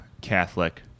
Catholic